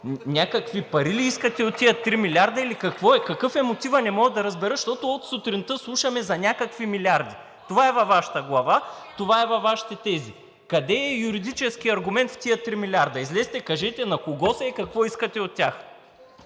Някакви пари ли искате от тези 3 милиарда? Или какво? Какъв е мотивът? Не мога да разбера, защото от сутринта слушаме за някакви милиарди?! (Шум и реплики от ГЕРБ-СДС.) Това е във Вашата глава, това е във Вашите тези. Къде е юридическият аргумент в тези 3 милиарда? Излезте и кажете на кого са и какво искате от тях?